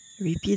Repeat